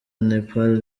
nepal